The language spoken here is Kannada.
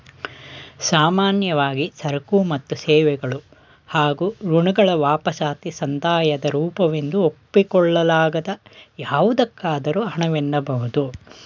ಸಾಮಾನ್ಯವಾಗಿ ಸರಕು ಮತ್ತು ಸೇವೆಗಳು ಹಾಗೂ ಋಣಗಳ ವಾಪಸಾತಿ ಸಂದಾಯದ ರೂಪವೆಂದು ಒಪ್ಪಿಕೊಳ್ಳಲಾಗದ ಯಾವುದಕ್ಕಾದರೂ ಹಣ ವೆನ್ನಬಹುದು